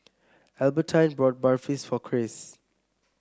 Albertine bought Barfi for Cris